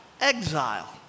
exile